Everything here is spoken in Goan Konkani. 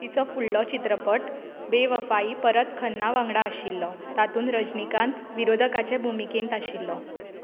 तिचो फुडलो चित्रपट बेवफाई परत खन्ना वांगडा आशिल्लो तातूंत रजनीकांत विरोधकाचे भुमिकेंत आशिल्लो